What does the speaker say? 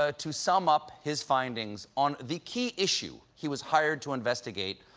ah to sum up his findings on the key issue he was hired to investigate,